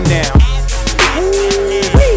now